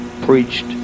preached